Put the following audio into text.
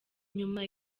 nyuma